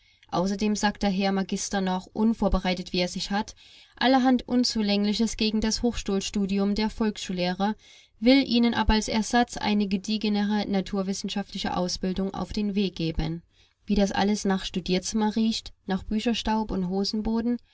außerdem sagt der herr magister noch unvorbereitet wie er sich hat allerhand unzulängliches gegen das hochschulstudium der volksschullehrer will ihnen aber als ersatz eine gediegenere naturwissenschaftliche ausbildung auf den weg geben wie das alles nach studierzimmer riecht nach bücherstaub und hosenboden